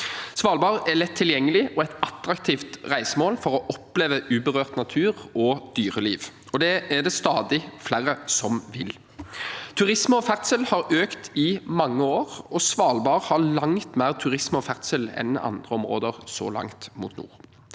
Svalbard er lett tilgjengelig og et attraktivt reisemål for å oppleve uberørt natur og dyreliv. Det er det stadig flere som vil. Turisme og ferdsel har økt i mange år, og Svalbard har langt mer turisme og ferdsel enn andre områder så langt mot nord.